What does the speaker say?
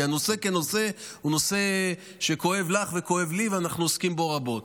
כי הנושא הוא נושא שכואב לך וכואב לי ואנחנו עוסקים בו רבות,